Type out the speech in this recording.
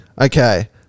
Okay